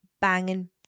banging